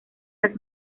las